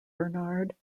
bernard